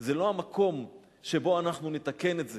זה לא המקום שבו אנחנו נתקן את זה,